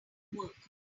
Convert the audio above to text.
work